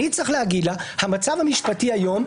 אני צריך להגיד לה שהמצב המשפטי היום,